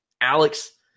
Alex